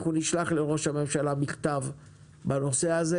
אנחנו נשלח לראש הממשלה מכתב בנושא הזה